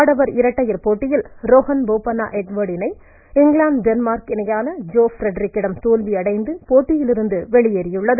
ஆடவர் இரட்டையர் போட்டியில் ரோஹன் போபண்ணா இங்கிலாந்து டென்மார்க் இணையான ஜோ ஃபிரெட்ரிக்கிடம் தோல்வியடைந்து போட்டியிலிருந்து வெளியேறியது